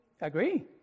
Agree